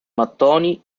mattoni